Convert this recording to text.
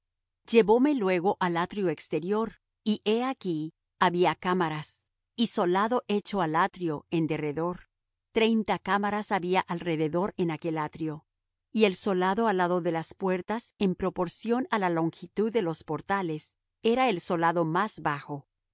llevóme luego al atrio exterior y he aquí había cámaras y solado hecho al atrio en derredor treinta cámaras había alrededor en aquel atrio y el solado al lado de las puertas en proporción á la longitud de los portales era el solado más bajo